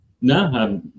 No